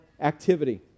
activity